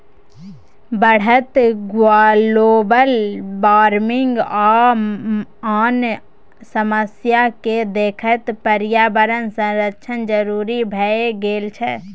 बढ़ैत global warming आ आन समस्या केँ देखैत पर्यावरण संरक्षण जरुरी भए गेल छै